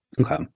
Okay